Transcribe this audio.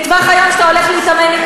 התשע"ו 2016,